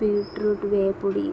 beetroot వేపుడు